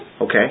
Okay